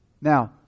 Now